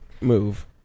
move